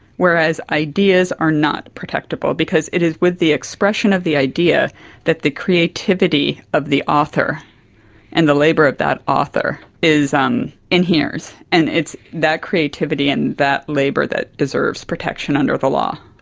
whereas ideas are not protectable because it is with the expression of the idea that the creativity of the author and the labour of that author um inheres, and it's that creativity and that labour that deserves protection under the law.